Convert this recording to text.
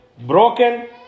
broken